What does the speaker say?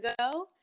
ago